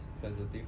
sensitive